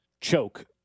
choke